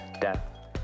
death